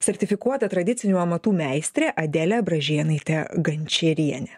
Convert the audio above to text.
sertifikuota tradicinių amatų meistrė adelė bražėnaitė gančierienė